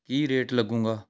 ਕੀ rate ਲੱਗੇਗਾ